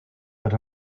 but